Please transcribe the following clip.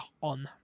on